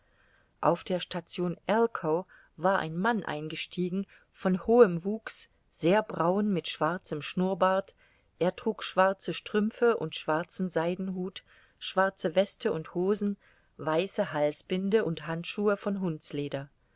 auf der station elko war ein mann eingestiegen von hohem wuchs sehr braun mit schwarzem schnurrbart er trug schwarze strümpfe und schwarzen seidenhut schwarze weste und hosen weiße halsbinde und handschuhe von hundsleder